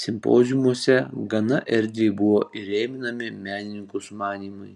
simpoziumuose gana erdviai buvo įrėminami menininkų sumanymai